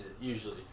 usually